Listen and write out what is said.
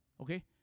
okay